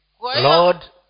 Lord